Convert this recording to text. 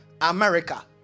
America